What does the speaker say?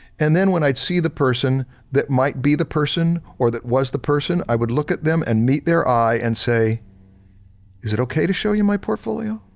and then when i'd see the person that might be the person or that was the person, i would look at them and meet their eye and say is it okay to show you my portfolio?